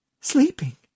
Sleeping